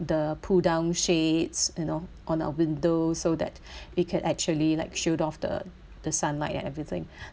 the pull down shades you know on our windows so that it could actually like shoot off the the sunlight and everything